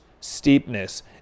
steepness